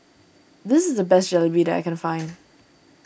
this is the best Jalebi that I can find